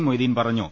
മൊയ്തീൻ പറഞ്ഞു